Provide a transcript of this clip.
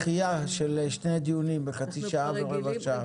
דחייה של שני הדיונים בחצי שעה ורבע שעה.